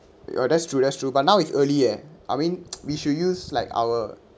ya that's true that's true but now it's early eh I mean we should use like our